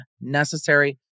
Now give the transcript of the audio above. necessary